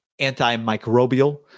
antimicrobial